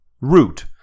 Root